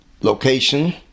location